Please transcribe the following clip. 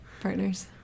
Partners